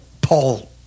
Paul